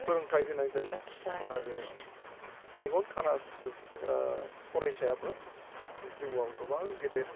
फोरोंथाय होनाय जायो आरो मेगन खाना फरायसायाबो जिउआव गोबां गेदेर